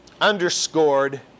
underscored